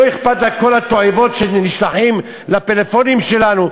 לא אכפת לה כל התועבות שנשלחות לפלאפונים שלנו,